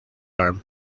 arm